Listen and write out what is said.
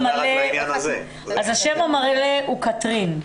השם המלא הוא קטרין.